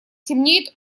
темнеет